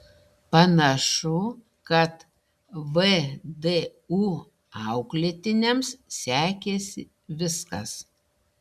panašu kad vdu auklėtiniams sekėsi viskas